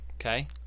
Okay